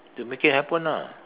to make it happen ah